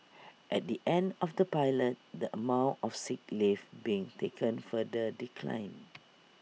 at the end of the pilot the amount of sick leave being taken further declined